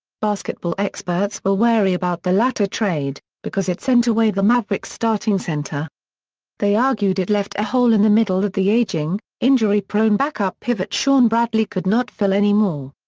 basketball experts were wary about the latter trade, because it sent away the mavericks starting center they argued it left a hole in the middle that the aging, injury-prone backup pivot shawn bradley could not fill anymore.